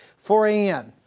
four a m,